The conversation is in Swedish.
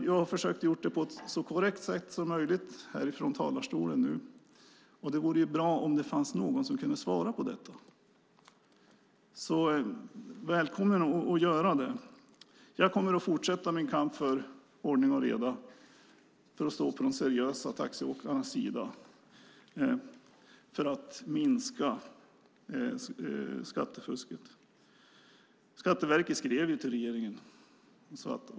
Jag har försökt ställa frågor på ett så korrekt sätt som möjligt här från talarstolen nu, och det vore bra om det fanns någon som kunde svara på dem. Välkommen att göra det! Jag kommer att fortsätta min kamp för ordning och reda, för att stå på de seriösa taxiåkarnas sida och för att minska skattefusket. Skatteverket har ju skrivit till regeringen.